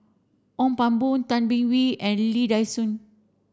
Ong Pang Boon Tay Bin Wee and Lee Dai Soh